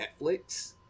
Netflix